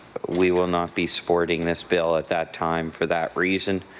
we will not be supporting this bill at that time for that reason.